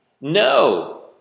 no